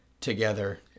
together